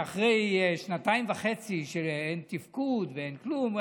אחרי שנתיים וחצי שאין תפקוד ואין כלום,